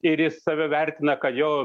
ir jis save vertina kad jo